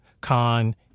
Khan